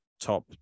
top